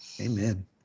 Amen